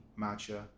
matcha